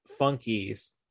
funkies